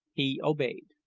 he obeyed.